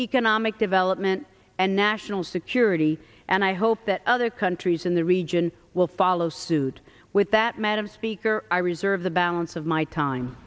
economic development and national security and i hope that other countries in the region will follow suit with that madam speaker i reserve the balance of my time